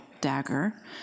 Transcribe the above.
dagger